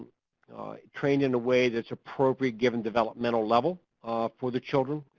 trained in a way that's appropriate given developmental level for the children,